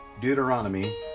Deuteronomy